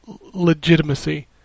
legitimacy